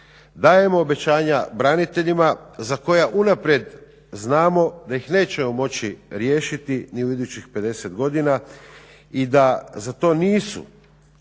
dajemo obećanja braniteljima za koja unaprijed znamo da ih nećemo moći riješiti ni u idućih 50 godina i da za to nisu,